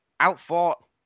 outfought